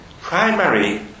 primary